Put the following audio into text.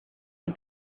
had